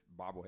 bobblehead